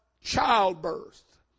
childbirth